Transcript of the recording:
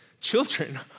children